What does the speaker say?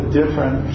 different